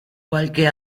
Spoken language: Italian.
qualche